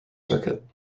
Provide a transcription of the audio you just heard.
circuit